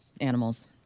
animals